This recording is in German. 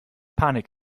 panik